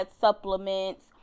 supplements